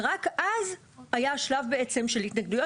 ורק אז היה שלב של התנגדויות.